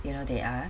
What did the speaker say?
you know they are